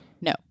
No